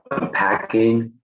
unpacking